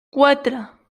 quatre